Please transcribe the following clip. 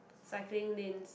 cycling lanes